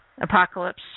Apocalypse